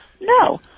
No